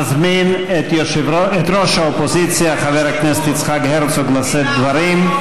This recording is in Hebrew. אני מזמין את ראש האופוזיציה חבר הכנסת יצחק הרצוג לשאת דברים.